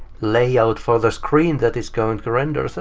layout for the screen that is going to render, so